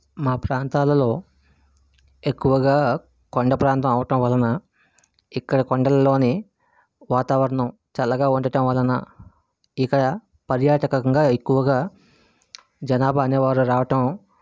మా ప్రాంతాలలో ఎక్కువగా కొండ ప్రాంతం అవ్వటం వలన ఇక్కడ కొండలలోని వాతావరణం చల్లగా ఉండటం వలన ఇక్కడ పర్యాటకంగా ఎక్కువగా జనాభా అనేవారు రావటం